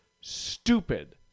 stupid